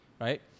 Right